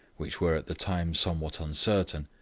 which were at the time somewhat uncertain,